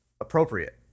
appropriate